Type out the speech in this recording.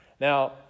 Now